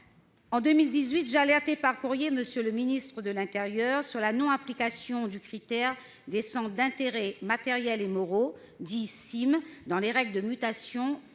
En 2018, j'alertais par courrier M le ministre de l'intérieur sur la non-application du critère des centres d'intérêt matériels et moraux, dits CIMM, dans les règles de mutation